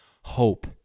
Hope